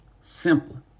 Simple